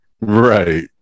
Right